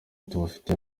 tubafitiye